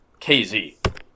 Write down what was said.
KZ